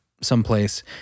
someplace